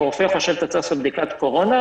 אם הרופא חושב שאתה צריך לעשות בדיקת קורונה,